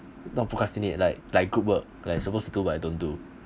not procrastinate like like group work like supposed to do but I don't do